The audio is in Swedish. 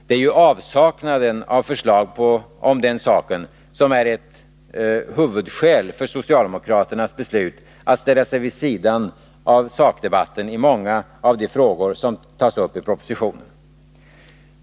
Det är ju avsaknaden av förslag om den saken som är ett huvudskäl för socialdemokraternas beslut att ställa sig vid sidan av sakdebatten i många av de frågor som tas upp i propositionen.